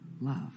Love